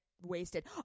Wasted